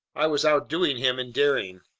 i was outdoing him in daring!